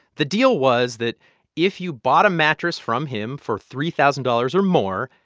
the deal was that if you bought a mattress from him for three thousand dollars or more,